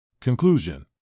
Conclusion